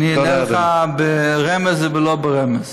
אענה לך ברמז ולא ברמז.